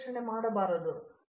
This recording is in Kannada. ಪ್ರತಾಪ್ ಹರಿಡೋಸ್ ರಾಸಾಯನಿಕಗಳು